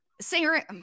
Sarah